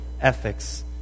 ethics